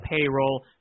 payroll